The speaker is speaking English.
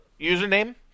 username